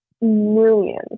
millions